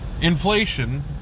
inflation